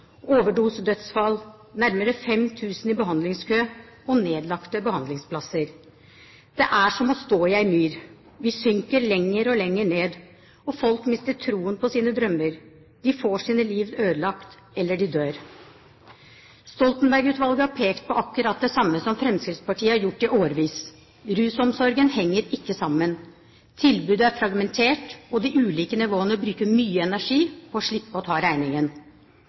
overdosedødsfall, nærmere 5 000 i behandlingskø og nedlagte behandlingsplasser. Det er som å stå i en myr. Vi synker lenger og lenger ned, og folk mister troen på sine drømmer. De får sine liv ødelagt, eller de dør. Stoltenberg-utvalget har pekt på akkurat det samme som Fremskrittspartiet har gjort i årevis. Rusomsorgen henger ikke sammen. Tilbudet er fragmentert, og de ulike nivåene bruker mye energi på å slippe å ta regningen.